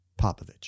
Popovich